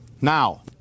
Now